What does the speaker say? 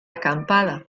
acampada